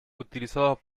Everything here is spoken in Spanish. utilizados